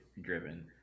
driven